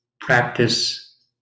practice